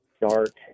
dark